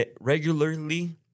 regularly